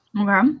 Okay